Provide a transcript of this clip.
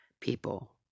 people